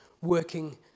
working